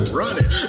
running